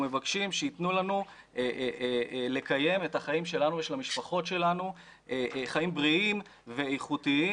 אנחנו מבקשים שייתנו לנו לקיים חיים בריאים ואיכותיים,